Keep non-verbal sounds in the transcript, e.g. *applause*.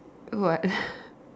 what *breath*